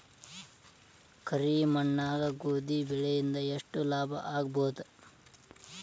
ಕರಿ ಮಣ್ಣಾಗ ಗೋಧಿ ಬೆಳಿ ಇಂದ ಎಷ್ಟ ಲಾಭ ಆಗಬಹುದ?